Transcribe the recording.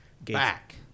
Back